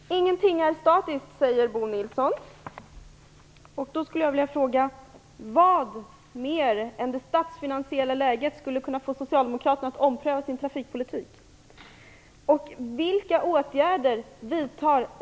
Fru talman! Ingenting är statiskt, säger Bo Nilsson. Jag skulle vilja fråga vad annat än det statsfinansiella läget som skulle kunna få Socialdemokraterna att ompröva sin trafikpolitik.